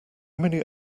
many